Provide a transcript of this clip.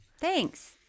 Thanks